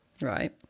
Right